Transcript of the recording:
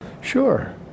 Sure